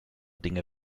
dinge